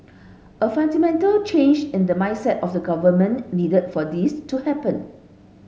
a fundamental change in the mindset of the government needed for this to happen